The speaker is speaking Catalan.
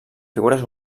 figures